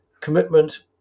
commitment